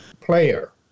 player